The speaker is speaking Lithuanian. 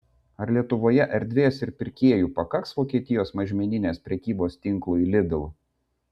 ar lietuvoje erdvės ir pirkėjų pakaks vokietijos mažmeninės prekybos tinklui lidl